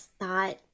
thought